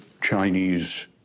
Chinese